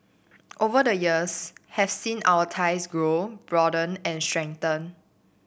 over the years have seen our ties grow broaden and strengthen